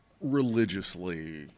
Religiously